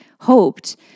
Hoped